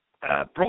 brought